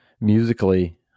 musically